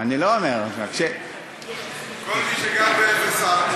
אני לא אומר, כל מי שגר ב-04.